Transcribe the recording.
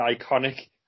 iconic